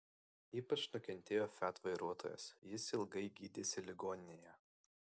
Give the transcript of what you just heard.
ypač nukentėjo fiat vairuotojas jis ilgai gydėsi ligoninėje